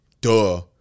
duh